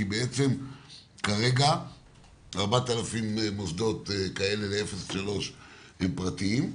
כי בעצם כרגע 4,000 מוסדות לגיל לידה עד שלוש הם פרטיים,